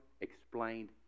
explained